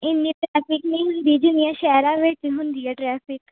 ਇੰਨੀ ਟ੍ਰੈਫਿਕ ਨਹੀਂ ਹੁੰਦੀ ਜਿੰਨੀਆਂ ਸ਼ਹਿਰਾਂ ਵਿੱਚ ਹੁੰਦੀ ਹੈ ਟ੍ਰੈਫਿਕ